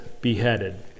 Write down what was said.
beheaded